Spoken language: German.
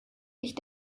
ich